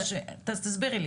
תסבירי לי.